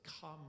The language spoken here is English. come